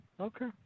Okay